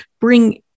bring